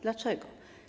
Dlaczego?